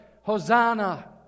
Hosanna